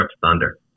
thunder